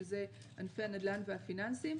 שזה ענפי הנדל"ן והפיננסיים,